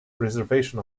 reservation